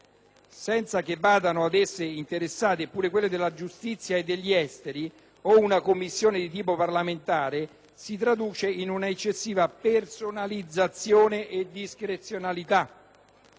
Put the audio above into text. senza che vadano ad essere interessati pure quelli della giustizia e degli affari esteri, o una Commissione parlamentare, si traduce in una eccessiva personalizzazione e discrezionalità.